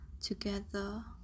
together